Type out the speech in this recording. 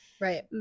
Right